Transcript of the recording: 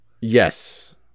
Yes